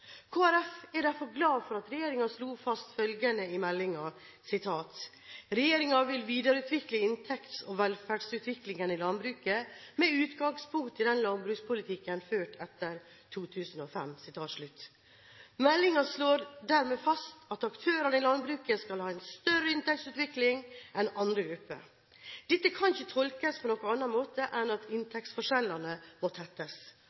er derfor glad for at regjeringen slo fast følgende i meldingen: «Regjeringen vil videreutvikle inntekts- og velferdspolitikken i landbruket med utgangspunkt i den landbrukspolitikken ført etter 2005.» Meldingen slår dermed fast at aktørene i landbruket skal ha en større inntektsutvikling enn andre grupper. Dette kan ikke tolkes på noen annen måte enn at inntektsgapet må tettes